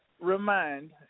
remind